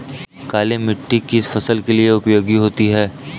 काली मिट्टी किस फसल के लिए उपयोगी होती है?